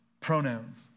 pronouns